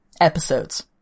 episodes